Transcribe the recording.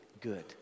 good